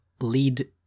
lead